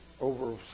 Over